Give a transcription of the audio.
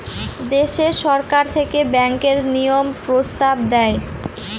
দেশে সরকার থেকে ব্যাঙ্কের নিয়ম প্রস্তাব দেয়